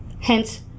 Hence